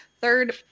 Third